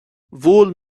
bhuail